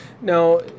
Now